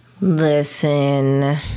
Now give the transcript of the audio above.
Listen